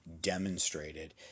demonstrated